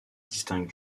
distingue